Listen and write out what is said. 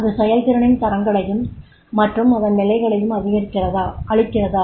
அது செயல்திறனின் தரங்களையும் மற்றும் அதன் நிலைகளையும் அளிக்கிறதா